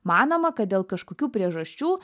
manoma kad dėl kažkokių priežasčių